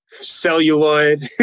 celluloid